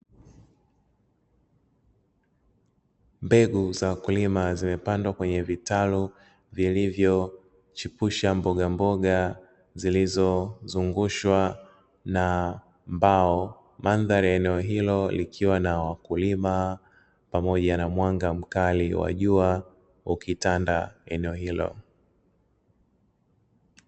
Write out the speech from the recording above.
Mbegu za wakulima zimepandwa kwenye vitalu, vilizovyochipusha mbogamboga zilizozungushwa na mbao. Mandhari ya eneo hilo ikiwa na wakulima pamoja na mwanga mkali wa jua ukitanda eneo hilo.